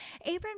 Abram